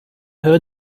heard